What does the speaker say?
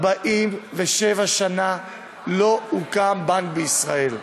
47 שנה לא הוקם בנק בישראל.